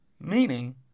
Meaning